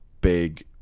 big